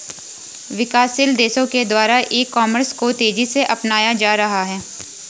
विकासशील देशों के द्वारा ई कॉमर्स को तेज़ी से अपनाया जा रहा है